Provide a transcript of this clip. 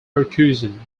percussion